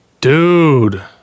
Dude